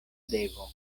devo